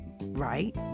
right